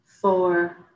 four